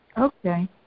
Okay